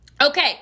Okay